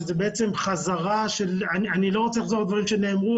שזאת בעצם חזרה אני לא רוצה לחזור על דברים שנאמרו